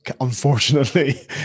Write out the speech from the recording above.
unfortunately